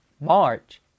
March